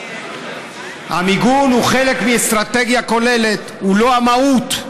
המיגון הוא חלק מאסטרטגיה כוללת, הוא לא המהות.